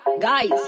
guys